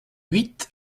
huit